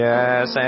Yes